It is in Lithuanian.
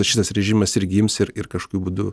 ir šitas režimas irgi ims ir ir kažkokiu būdu